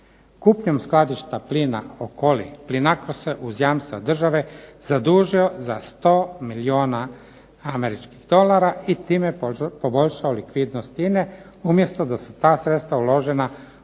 Kupnjom skladišta plina Okoli Plinacro se uz jamstva države zadužio za 100 milijuna američkih dolara i time poboljšao likvidnost INA-e, umjesto da su ta sredstva uložena u novo